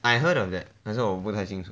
I heard on that 可是我不太清楚